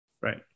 Right